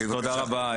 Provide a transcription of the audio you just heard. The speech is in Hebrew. רבה,